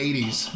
80s